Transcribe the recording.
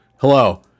hello